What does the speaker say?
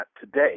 today